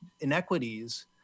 inequities